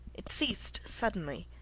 it ceased suddenly.